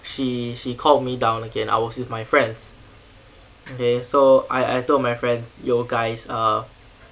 she she called me down again I was with my friends okay so I I told my friends yo guys err